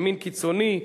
ימין קיצוני,